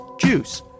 juice